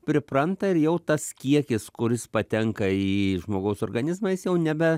pripranta ir jau tas kiekis kuris patenka į žmogaus organizmą jis jau nebe